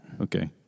Okay